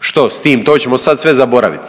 Što s tim? To ćemo sad sve zaboraviti?